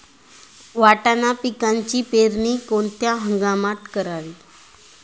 वाटाणा पिकाची पेरणी कोणत्या हंगामात करावी?